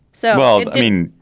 so, i mean.